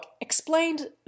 explained